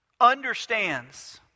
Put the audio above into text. understands